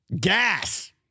Gas